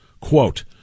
Quote